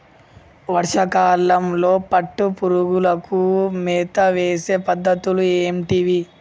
వర్షా కాలంలో పట్టు పురుగులకు మేత వేసే పద్ధతులు ఏంటివి?